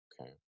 Okay